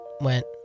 went